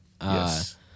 Yes